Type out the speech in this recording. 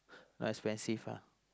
but expensive ah